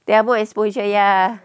they are more exposure ya